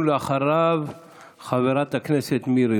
חבר הכנסת יריב לוין,